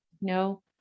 No